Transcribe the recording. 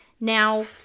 Now